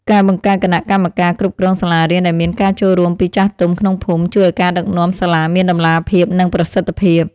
ការបង្កើតគណៈកម្មការគ្រប់គ្រងសាលារៀនដែលមានការចូលរួមពីចាស់ទុំក្នុងភូមិ ជួយឱ្យការដឹកនាំសាលាមានតម្លាភាពនិងប្រសិទ្ធភាព។